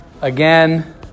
again